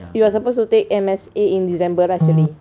you are suppose to take M_S_A in december lah surely